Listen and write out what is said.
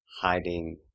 hiding